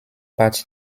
part